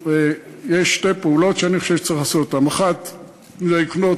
יש שתי פעולות שאני חושב שצריך לעשות: 1. לקנות